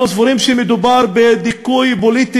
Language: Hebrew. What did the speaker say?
אנחנו סבורים שמדובר בדיכוי פוליטי